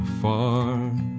far